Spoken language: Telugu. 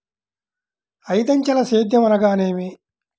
ఐదంచెల సేద్యం అనగా నేమి?